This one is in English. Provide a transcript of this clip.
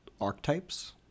archetypes